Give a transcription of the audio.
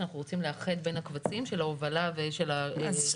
שאנחנו רוצים לאחד בין הקבצים של ההובלה ושל רישיון כריתה והובלה?